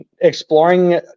exploring